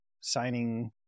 signing